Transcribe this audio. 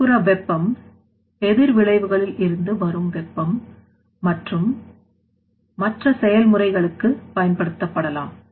வெளிப்புற வெப்பா எதிர் விளைவுகளில் இருந்து வரும் வெப்பம் மற்ற செயல்முறைகளுக்கு பயன்படுத்தப்படலாம்